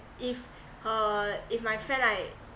if her if my friend like